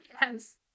Yes